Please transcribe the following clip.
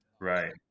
Right